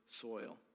soil